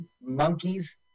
monkeys